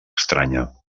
estranya